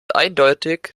eindeutig